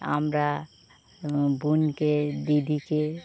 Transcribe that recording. আমরা বোনকে দিদিকে